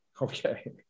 Okay